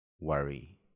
worry